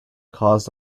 caused